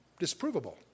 disprovable